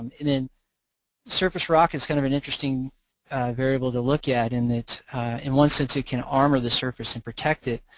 and then surface rock is kind of an interesting variable to look at in that in one sense it can armor the surface and protect it.